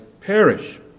perish